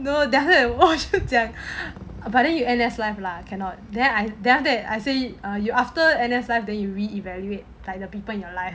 no then after that 我就讲 but then you N_S N_S life lah cannot then I then after that I say like you after N_S life that you re evaluate like the people in your life